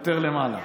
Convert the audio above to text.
יותר למעלה.